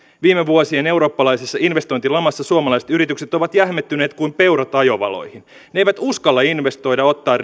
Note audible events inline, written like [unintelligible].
viime vuosien eurooppalaisessa investointilamassa suomalaiset yritykset ovat jähmettyneet kuin peurat ajovaloihin ne eivät uskalla investoida ottaa [unintelligible]